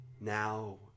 Now